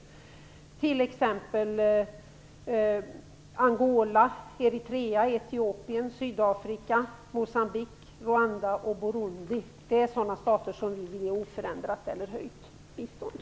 Det gäller t.ex. Angola, Eritrea, Etiopien, Sydafrika, Moçambique, Rwanda och Burundi. Det är sådana stater som bör ha oförändrat eller höjt bistånd.